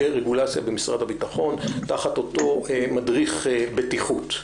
רגולציה במשרד הביטחון תחת אותו מדריך בטיחות.